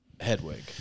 Hedwig